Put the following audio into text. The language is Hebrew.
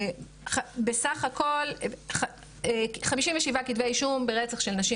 בסך הכל 57 כתבי אישום ברצח של נשים